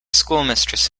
schoolmistress